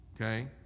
Okay